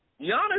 Giannis